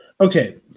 Okay